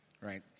right